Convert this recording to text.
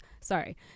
Sorry